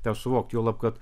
tą suvokti juolab kad